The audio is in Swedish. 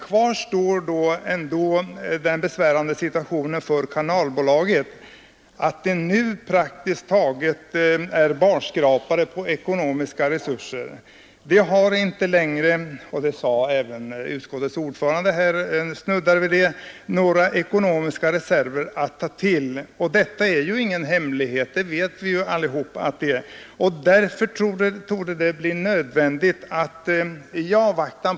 Kvar står i alla fall den besvärande situationen för kanalbolaget. Det är nu praktiskt taget barskrapat på ekonomiska resurser. Det har inte längre några ekonomiska reserver att ta till, vilket inte är någon hemlighet. Även utskottets ordförande snuddade vid denna sak.